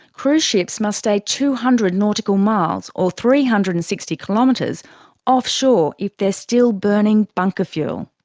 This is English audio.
cruise ships must stay two hundred nautical miles or three hundred and sixty kilometres offshore if they are still burning bunker fuel.